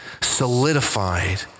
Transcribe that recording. solidified